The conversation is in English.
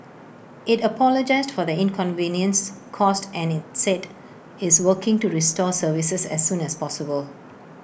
IT apologised for the inconvenience caused and IT said is working to restore services as soon as possible